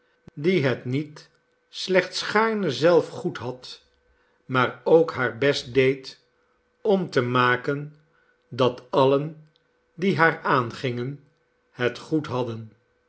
die het niet slechts gaarne zelve goed had maar ook haar best deed om te maken dat alien die haar aangingen het goed hadden